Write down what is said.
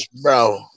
Bro